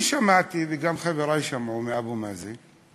אני שמעתי, וגם חברי שמעו מאבו מאזן,